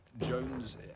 Jones